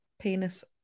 penis